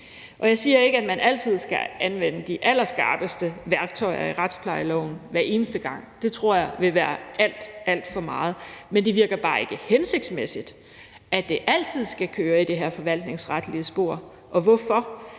Jeg siger ikke, at man skal anvende de allerskarpeste værktøjer i retsplejeloven hver eneste gang – det tror jeg ville være alt, alt for meget – men det virker bare ikke hensigtsmæssigt, at det altid skal køre i det her forvaltningsretlige spor. Hvorfor?